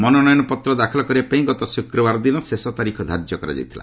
ମନୋନୟନପତ୍ର ଦାଖଲ କରିବା ପାଇଁ ଗତ ଶୁକ୍ରବାର ଦିନ ଶେଷ ତାରିଖ ଧାର୍ଯ୍ୟ କରାଯାଇଥିଲା